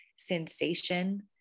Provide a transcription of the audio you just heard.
Sensation